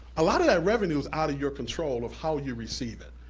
a lot of that revenue's outta your control of how you receive it.